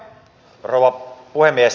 rouva puhemies